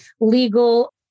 legal